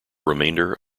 remainder